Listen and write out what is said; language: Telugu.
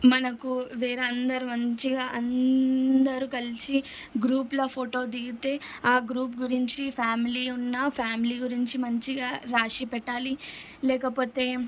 మనకు వేరే అందరూ మంచిగా అందరూ కలిసి గ్రూప్లో ఫోటో దిగితే ఆ గ్రూప్ గురించి ఫ్యామిలీ ఉన్నా ఫ్యామిలీ గురించి మంచిగా రాసి పెట్టాలి లేకపోతే